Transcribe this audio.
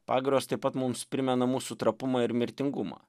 pagirios taip pat mums primena mūsų trapumą ir mirtingumą